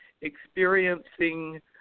experiencing